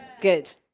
Good